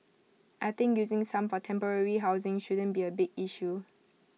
I think using some for temporary housing shouldn't be A big issue